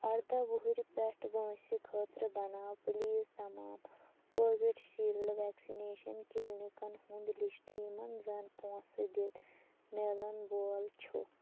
اَرداہ وُہرٕ پٮ۪ٹھٕ وٲنٛسہِ خٲطرٕ بناو پُلیٖز تمام کووِڈ شیٖلڈ ویکسِنیٚشن کِلنٕکَن ہُنٛد لِسٹ یِمَن زَن پۅنٛسہٕ دِتھ میلن وول چھُ